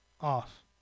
off